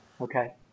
Okay